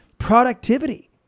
productivity